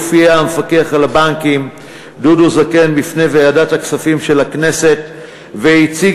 הופיע המפקח על הבנקים דודו זקן בפני ועדת הכספים של הכנסת והציג